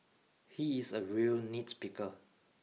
he is a real nitpicker